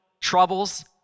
troubles